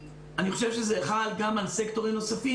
אני חושב שזה חל גם על סקטורים אחרים,